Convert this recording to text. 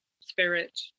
spirit